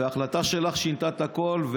וההחלטה שלך שינתה את הכול,